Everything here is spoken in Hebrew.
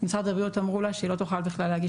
משרד הבריאות אמרו לה שהיא לא תוכל להגיש